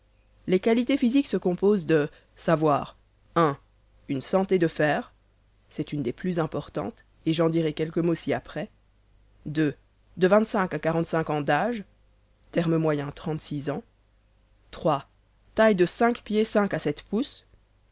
les qualités physiques se composent de savoir un une santé de fer c'est une des plus importantes et j'en dirai quelques mots après deux de vingt-cinq à quarante-cinq ans d'âge trente-six ans trois taille de cinq pieds cinq à sept pouces